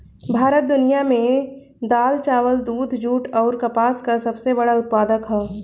भारत दुनिया में दाल चावल दूध जूट आउर कपास का सबसे बड़ा उत्पादक ह